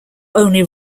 only